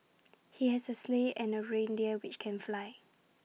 he has A sleigh and reindeer which can fly